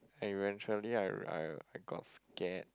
I eventually I I got scared